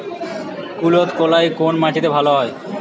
কুলত্থ কলাই কোন মাটিতে ভালো হয়?